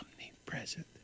omnipresent